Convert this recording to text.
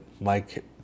Mike